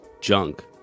junk